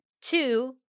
Two